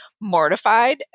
mortified